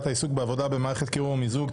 העיסוק בעבודה במערכת קירור או מיזוג,